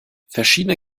verschiedene